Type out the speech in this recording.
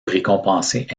récompensés